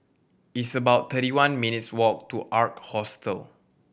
it's about thirty one minutes walk to Ark Hostel